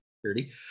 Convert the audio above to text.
security